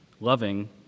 loving